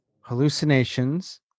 Hallucinations